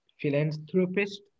philanthropist